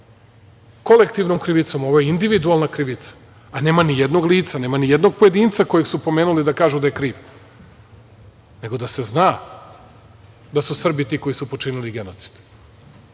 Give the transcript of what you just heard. kolektivnom krivicom, ovo je individualna krivica, a nema nijednog lica, nema nijednog pojedinca koje su pomenuli da kažu da je kriv, nego da se zna da su Srbi ti koji su počinili genocid.A